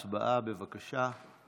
הצבעה, בבקשה.